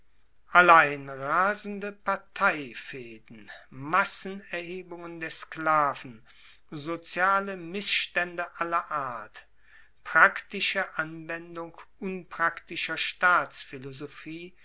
allein rasende parteifehden massenerhebungen der sklaven soziale missstaende aller art praktische anwendung unpraktischer